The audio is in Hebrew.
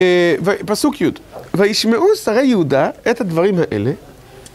פסוק יו"ד: וישמעו שרי יהודה את הדברים האלה